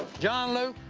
john luke,